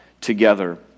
together